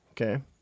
Okay